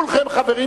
כולכם חברים,